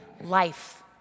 life